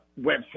website